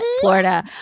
Florida